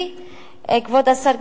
כבוד השר,